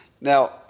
Now